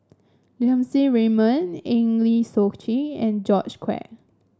Lim Siang Raymond Eng Lee Seok Chee and George Quek